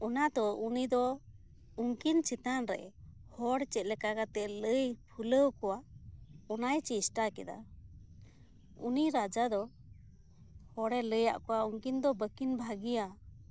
ᱚᱱᱟ ᱫᱚ ᱩᱱᱤ ᱫᱚ ᱩᱱᱠᱤᱱ ᱪᱮᱛᱟᱱ ᱨᱮ ᱦᱚᱲ ᱪᱮᱫ ᱞᱮᱠᱟ ᱠᱟᱛᱮ ᱞᱟᱹᱭ ᱯᱷᱩᱞᱟᱹᱣ ᱠᱚᱣᱟ ᱚᱱᱟᱭ ᱪᱮᱥᱴᱟ ᱠᱮᱫᱟ ᱩᱱᱤ ᱨᱟᱡᱟ ᱫᱚ ᱦᱚᱲᱮ ᱞᱟᱹᱭ ᱟᱫ ᱠᱚᱣᱟ ᱩᱱᱠᱤᱱ ᱫᱚ ᱵᱟᱹᱠᱤᱱ ᱵᱷᱟᱜᱮᱭᱟ